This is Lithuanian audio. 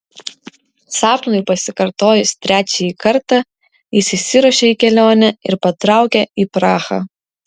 sapnui pasikartojus trečiąjį kartą jis išsiruošė į kelionę ir patraukė į prahą